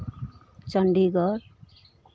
Chandigarh